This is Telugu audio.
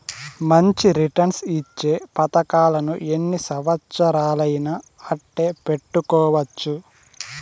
మంచి రిటర్న్స్ ఇచ్చే పతకాలను ఎన్ని సంవచ్చరాలయినా అట్టే పెట్టుకోవచ్చు